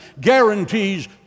guarantees